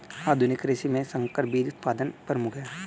आधुनिक कृषि में संकर बीज उत्पादन प्रमुख है